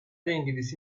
انگلیسی